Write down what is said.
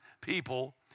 people